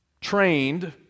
trained